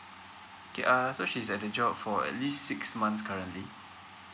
okay err so she's at the job for at least six months currently